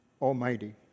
Almighty